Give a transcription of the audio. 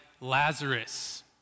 Lazarus